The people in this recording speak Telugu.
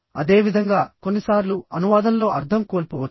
అదేవిధంగా కొన్నిసార్లు అనువాదంలో అర్థం కోల్పోవచ్చు